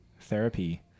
therapy